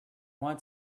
want